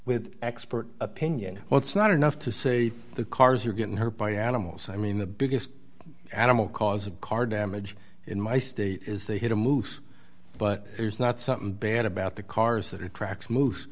with expert opinion well it's not enough to say the cars are getting her by animals i mean the biggest animal cause of car damage in my state is they hit a moose but there's not something bad about the cars that are tracks mo